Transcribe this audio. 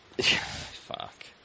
Fuck